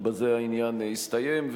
ובזה העניין יסתיים.